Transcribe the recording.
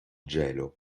gelo